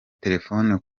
telefone